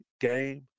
game